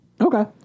Okay